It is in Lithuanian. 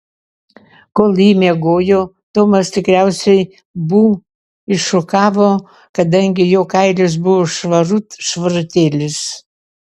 kol ji miegojo tomas tikriausiai bū iššukavo kadangi jo kailis buvo švarut švarutėlis